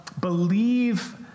believe